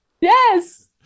Yes